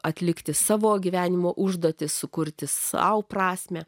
atlikti savo gyvenimo užduotį sukurti sau prasmę